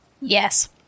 Yes